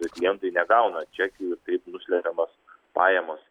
klientai negauna čekių taip nuslepiamos pajamos